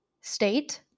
state